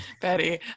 Betty